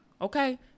Okay